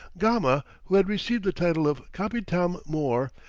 gama, who had received the title of capitam mor,